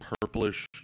purplish